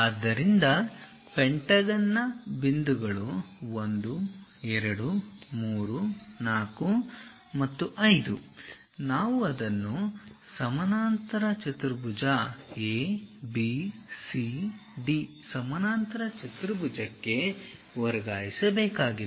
ಆದ್ದರಿಂದ ಪೆಂಟಗನ್ನ ಬಿಂದುಗಳು 1 2 3 4 ಮತ್ತು 5 ನಾವು ಅದನ್ನು ಈ ಸಮಾನಾಂತರ ಚತುರ್ಭುಜ ABCD ಸಮಾನಾಂತರ ಚತುರ್ಭುಜಕ್ಕೆ ವರ್ಗಾಯಿಸಬೇಕಾಗಿದೆ